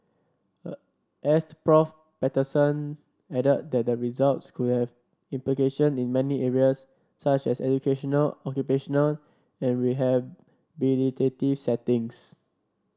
Asst Prof Patterson added that the results could have implication in many areas such as educational occupational and rehabilitative settings